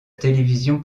télévision